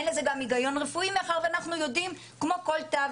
אין לזה גם היגיון רפואי מאחר ואנחנו יודעים כמו כל תו